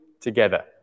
together